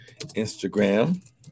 Instagram